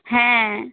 হ্যাঁ